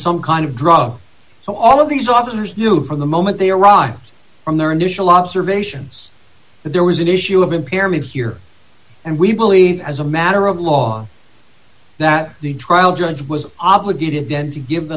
some kind of drug so all of these officers knew from the moment they arrived from their initial observations that there was an issue of impairment here and we believe as a matter of law that the trial judge was obligated then to give the